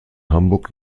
hamburg